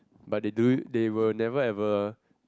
but they do it they were never ever